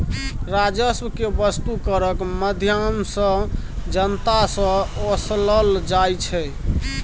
राजस्व केँ बस्तु करक माध्यमसँ जनता सँ ओसलल जाइ छै